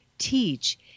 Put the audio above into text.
teach